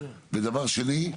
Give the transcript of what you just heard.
ודבר שני,